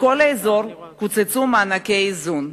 בכל האזור קוצצו מענקי האיזון.